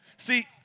See